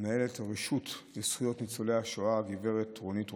מנהלת הרשות לזכויות ניצולי שואה, גב' רונית רוזן,